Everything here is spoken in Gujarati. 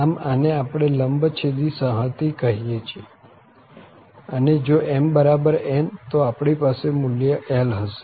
આમ આને આપણે લંબછેદી સંહતિ કહીએ છીએ અને જો mn તો આપણી પાસે મુલ્ય l હશે